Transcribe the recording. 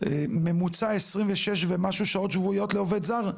ממוצע 26 ומשהו שעות שבועיות לעובד זר?